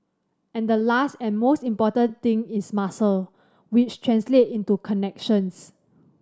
and the last and most important thing is muscle which translate into connections